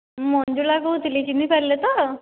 ମୁଁ ମଞ୍ଜୁଳା କହୁଥୁଲି ଚିହ୍ନି ପାରିଲେ ତ